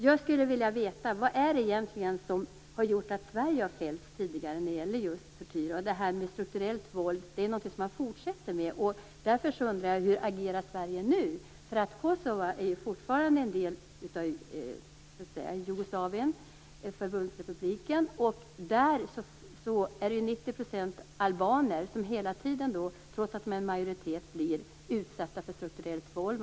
Jag skulle vilja veta: Vad är det egentligen som har gjort att Sverige har fällts tidigare när det gäller tortyr? Det här med strukturellt våld är också något som man fortsätter med, och därför undrar jag: Hur agerar Sverige nu? Kosova är ju fortfarande en del av Förbundsrepubliken Jugoslavien, och där är 90 % albaner. Dessa blir hela tiden, trots att de är en majoritet, utsatta för strukturellt våld.